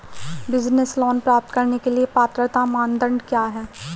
Business loan प्राप्त करने के लिए पात्रता मानदंड क्या हैं?